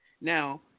Now